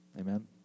Amen